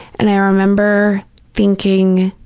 and i remember thinking,